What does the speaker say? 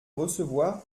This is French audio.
recevoir